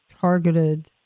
targeted